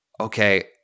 okay